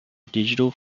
digital